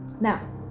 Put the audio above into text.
Now